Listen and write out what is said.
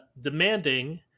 demanding